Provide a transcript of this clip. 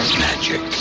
magic